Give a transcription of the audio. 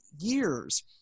years